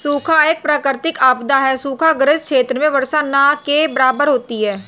सूखा एक प्राकृतिक आपदा है सूखा ग्रसित क्षेत्र में वर्षा न के बराबर होती है